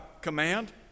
command